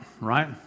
right